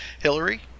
Hillary